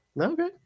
Okay